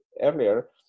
earlier